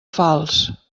falç